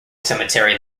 cemetery